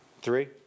three